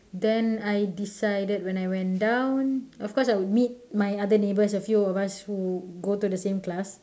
then I decided when I went down of course I would meet my other neighbors a few of us who go to same class